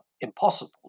impossible